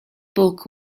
book